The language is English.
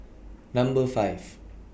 Number five